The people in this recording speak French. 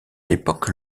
l’époque